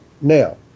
now